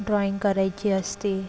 drawing करायची असते